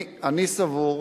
אני סבור,